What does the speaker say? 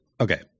Okay